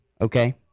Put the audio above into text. okay